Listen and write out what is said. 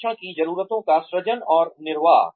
प्रशिक्षण की ज़रूरतों का सृजन और निर्वाह